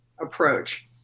approach